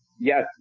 Yes